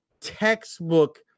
textbook